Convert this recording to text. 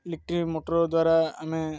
electric motor ଦ୍ୱାରା ଆମେ